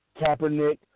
Kaepernick